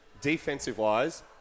Defensive-wise